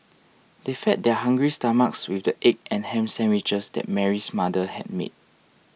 they fed their hungry stomachs with the egg and ham sandwiches that Mary's mother had made